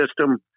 system